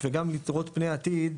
וגם לראות את פני העתיד,